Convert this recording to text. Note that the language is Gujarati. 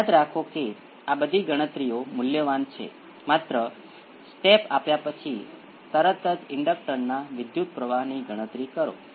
હવે ચાલો ફોર્સ રિસ્પોન્સ પર વિચાર કરીએ અને મને ફરીથી કેટલાક એક્સ્પોનેંસિયલ st ને ઇનપુટ તરીકે ધ્યાનમાં લેવા દો